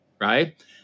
right